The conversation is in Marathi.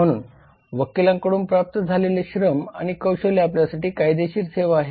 म्हणून वकिलांकडून प्राप्त झालेले श्रम आणि कौशल्य आपल्यासाठी कायदेशीर सेवा आहे